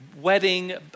wedding